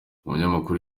umunyamakuru